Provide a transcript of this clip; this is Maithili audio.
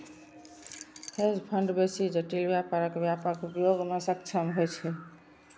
हेज फंड बेसी जटिल व्यापारक व्यापक उपयोग मे सक्षम होइ छै